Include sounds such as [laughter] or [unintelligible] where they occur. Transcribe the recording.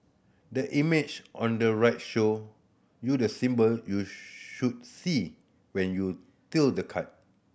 the image on the right show you the symbol you [unintelligible] should see when you tilt the card